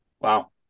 Wow